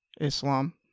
islam